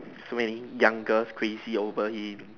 so many young girls crazy over him